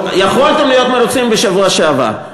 יכולתם להיות מרוצים בשבוע שעבר,